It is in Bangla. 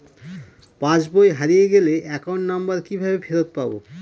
পাসবই হারিয়ে গেলে অ্যাকাউন্ট নম্বর কিভাবে ফেরত পাব?